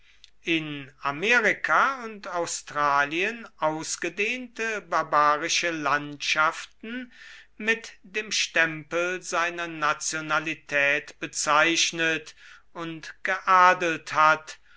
in amerika und australien ausgedehnte barbarische landschaften mit dem stempel seiner nationalität bezeichnet und geadelt hat